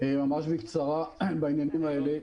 ממש בקצרה בעניינים האלה,